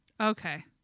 Okay